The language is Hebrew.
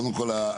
קודם כל הישיבה